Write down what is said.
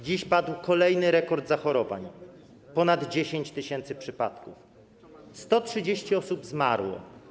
Dziś padł kolejny rekord zachorowań - ponad 10 tys. przypadków, 130 osób zmarło.